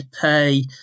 pay